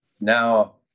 now